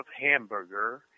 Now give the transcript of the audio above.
hamburger